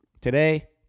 today